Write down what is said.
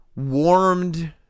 warmed